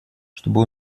чтобы